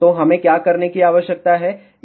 तो हमें क्या करने की आवश्यकता है